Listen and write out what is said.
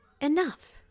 enough